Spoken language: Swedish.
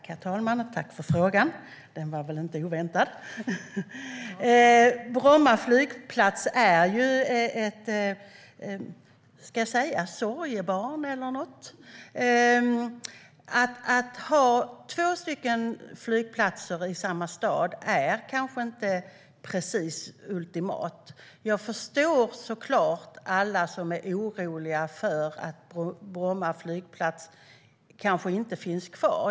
Herr talman! Tack för frågan! Den var väl inte oväntad. Bromma flygplats är ett sorgebarn. Att ha två flygplatser i samma stad är inte ultimat. Jag förstår såklart alla som är oroliga för att Bromma flygplats kanske inte kommer att finnas kvar.